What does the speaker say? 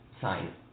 sign